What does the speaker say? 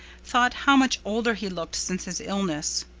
thought how much older he looked since his illness.